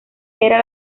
era